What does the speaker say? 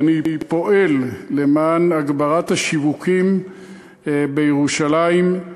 ואני פועל למען הגברת השיווקים בירושלים.